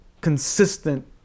consistent